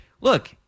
Look